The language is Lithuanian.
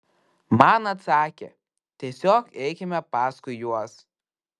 man atsakė tiesiog eikime paskui juos